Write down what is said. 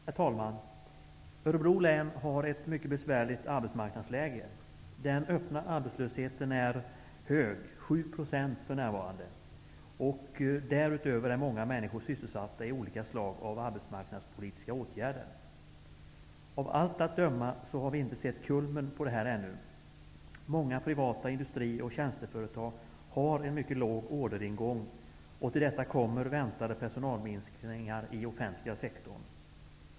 Herr talman! Örebro län har ett mycket besvärligt arbetsmarknadsläge. Den öppna arbetslösheten är hög, för närvarande 7 %, och därutöver är många människor sysselsatta i olika slag av arbetsmarknadspolitiska åtgärder. Av allt att döma har vi inte sett kulmen på detta ännu. Många privata industri och tjänsteföretag har en mycket låg orderingång, och till detta kommer väntade personalminskningar inom den offentliga sektorn.